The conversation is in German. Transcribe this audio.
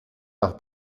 nach